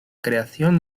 creación